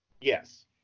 Yes